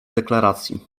deklaracji